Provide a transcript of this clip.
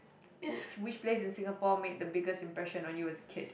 which which place in Singapore made the biggest impression on you as a kid